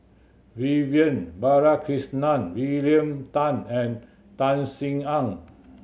Vivian Balakrishnan William Tan and Tan Sin Aun